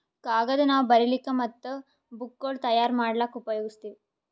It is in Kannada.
ಕಾಗದ್ ನಾವ್ ಬರಿಲಿಕ್ ಮತ್ತ್ ಬುಕ್ಗೋಳ್ ತಯಾರ್ ಮಾಡ್ಲಾಕ್ಕ್ ಉಪಯೋಗಸ್ತೀವ್